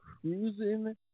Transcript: Cruising